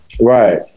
right